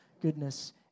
goodness